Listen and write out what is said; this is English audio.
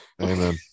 Amen